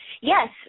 Yes